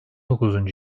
dokuz